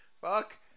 Fuck